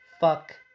Fuck